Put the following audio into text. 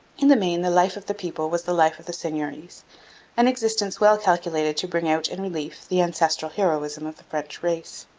in the main the life of the people was the life of the seigneuries an existence well calculated to bring out in relief the ancestral heroism of the french race.